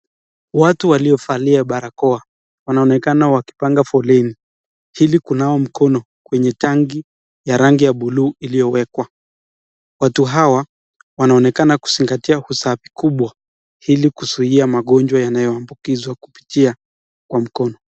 Watu waliovalia barakoa wanaonekana wakipanga foleni hili kunawa mkono kwenye tanki ya tanki buluu iliyowekwa watu hawa wanaonekana kuzingatia usafi kubwa hili kuzuia magonjwa yanayoambukizwa kupitia kwa mkono.